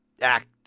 act